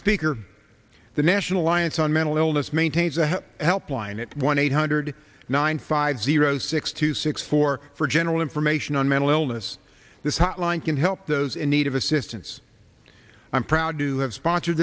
speaker the national alliance on mental illness maintains a helpline it one eight hundred nine five zero six two six four general information on mental illness this hotline can help those in need of assistance i'm proud to have sponsor